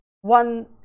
one